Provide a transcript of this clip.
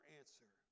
answer